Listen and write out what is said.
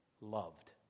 loved